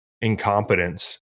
incompetence